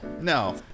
No